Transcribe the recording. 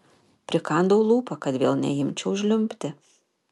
prikandau lūpą kad vėl neimčiau žliumbti